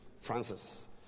Francis